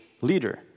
leader